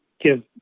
give